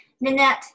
Nanette